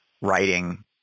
writing